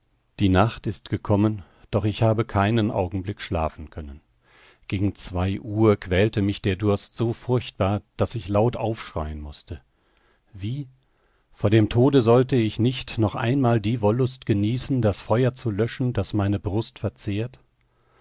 die nacht ist gekommen doch habe ich keinen augenblick schlafen können gegen zwei uhr quälte mich der durst so furchtbar daß ich laut aufschreien mußte wie vor dem tode sollte ich nicht noch einmal die wollust genießen das feuer zu löschen das meine brust verzehrt